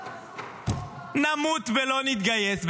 נמות ולא נתגייס.